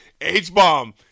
H-Bomb